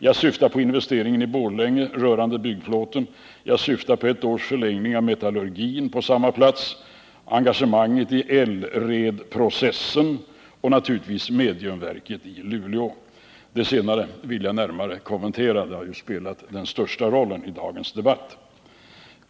Jag syftar på investeringen i Borlänge rörande byggplåten, förlängningen på ett år av metallurgin på samma plats, engagemanget i ELRED-processen och naturligtvis mediumverket i Luleå. Det senare vill jag närmare kommentera — det har ju spelat den största rollen i dagens debatt.